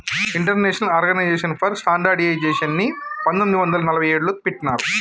international organization for స్టాండర్డయిజేషన్ని పంతొమ్మిది వందల నలభై ఏడులో పెట్టినరు